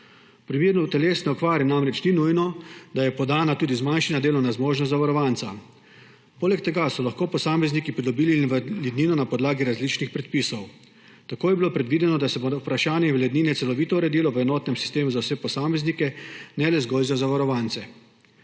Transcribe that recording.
primeru telesne okvare namreč ni nujno, da je podana tudi zmanjšana delovna zmožnost zavarovanca. Poleg tega so lahko posamezniki pridobili invalidno na podlagi različnih predpisov. Tako je bilo predvideno, da se bo vprašanje invalidnine celovito uredilo v enotnem sistemu za vse posameznike, ne le zgolj za zavarovance.